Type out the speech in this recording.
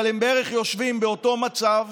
אבל הם בערך יושבים באותו מצב,